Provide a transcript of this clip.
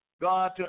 God